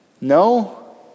No